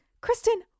Kristen